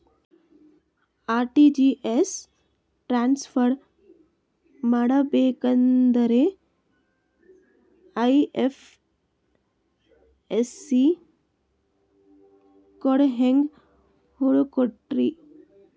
RTGS transfer ಮಾಡಬೇಕೆಂದರೆ IFSC code ಹೆಂಗ್ ಹುಡುಕೋದ್ರಿ?